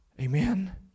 Amen